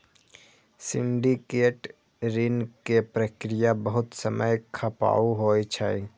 syndicate ऋण के प्रक्रिया बहुत समय खपाऊ होइ छै